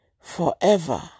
forever